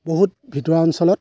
বহুত ভিতৰুৱা অঞ্চলত